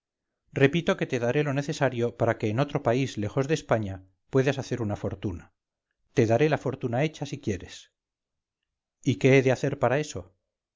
repito que te daré lo necesario para que en otro país lejos de españa puedas hacer una fortuna te daré la fortuna hecha si quieres y qué he de hacer para eso